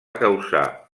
causar